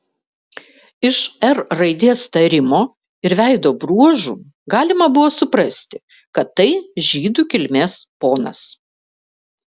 iš r raidės tarimo ir veido bruožų galima buvo suprasti kad tai žydų kilmės ponas